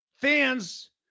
fans